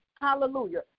Hallelujah